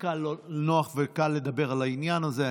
אותם חיילים מתגייסים לי קל ונוח לדבר על העניין הזה,